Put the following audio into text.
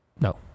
no